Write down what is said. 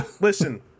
listen